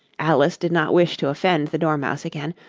alice did not wish to offend the dormouse again,